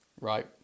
right